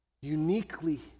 uniquely